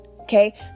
Okay